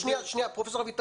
פרופ' לביא,